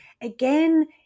Again